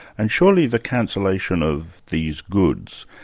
and surely the cancellation of these goods,